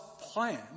plan